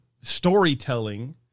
storytelling